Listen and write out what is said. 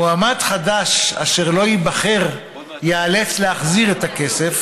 מועמד חדש אשר לא ייבחר ייאלץ להחזיר את הכסף,